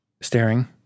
staring